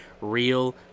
real